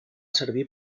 servir